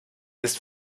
ist